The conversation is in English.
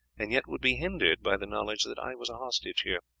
and yet would be hindered by the knowledge that i was a hostage here.